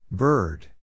Bird